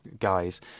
guys